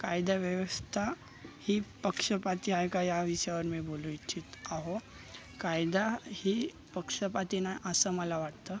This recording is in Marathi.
कायदा व्यवस्था ही पक्षपाती आहे का या विषयावर मी बोलू इच्छित आहे कायदा ही पक्षपाती नाही असं मला वाटतं